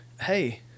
Hey